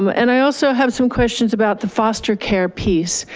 um and i also have some questions about the foster care piece.